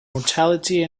mortality